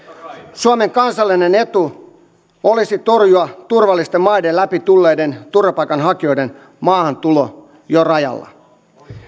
suomen kansallinen etu olisi torjua turvallisten maiden läpi tulleiden turvapaikanhakijoiden maahantulo jo rajalla